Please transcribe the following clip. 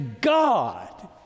God